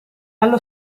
allo